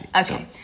okay